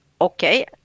okay